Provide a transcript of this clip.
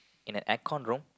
in an aircon room